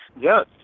yes